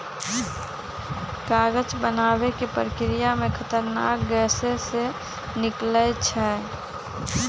कागज बनाबे के प्रक्रिया में खतरनाक गैसें से निकलै छै